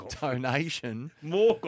donation